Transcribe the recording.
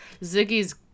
Ziggy's